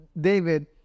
David